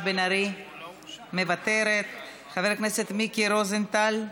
את רוצה מדינת כל אזרחיה.